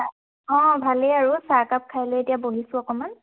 অঁ ভালেই আৰু চাহ একাপ খাইলৈ এতিয়া বহিছোঁ অকণমান